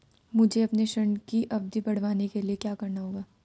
मुझे अपने ऋण की अवधि बढ़वाने के लिए क्या करना होगा?